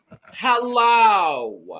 Hello